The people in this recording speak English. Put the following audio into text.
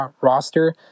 roster